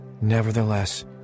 nevertheless